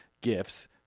gifts